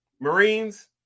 Marines